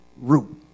root